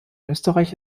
österreich